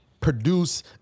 produce